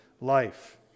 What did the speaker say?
life